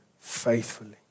faithfully